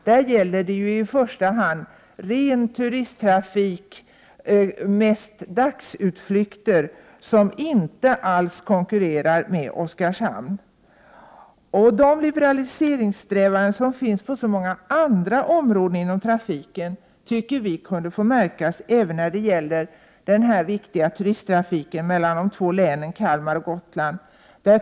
Det gäller ju i första hand ren turisttrafik, mest dagsutflykter, som inte konkurrerar med Oskarshamn. De liberaliseringssträvanden som finns på så många andra områden inom trafiken tycker vi kunde få märkas även när det gäller den viktiga turisttrafiken mellan de två länen Kalmar och Gotland.